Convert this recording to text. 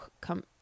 come